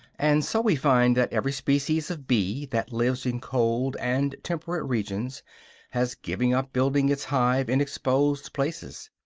and so we find that every species of bee that lives in cold and temperate regions has given up building its hive in exposed places.